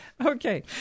Okay